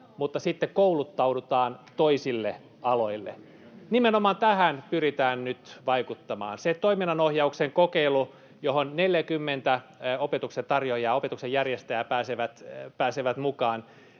mutta sitten kouluttaudutaan toisille aloille. Nimenomaan tähän pyritään nyt vaikuttamaan. Se toiminnanohjauksen kokeilu, johon 40 opetuksen tarjoajaa ja opetuksen järjestäjää pääsee mukaan,